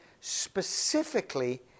specifically